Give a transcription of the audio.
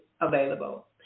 available